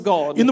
God